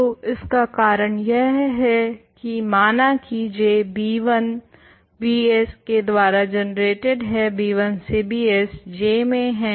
तो इसका कारण यह है की माना की J b1 bs के द्वारा जनरेटेड है b1 से bs J में हैं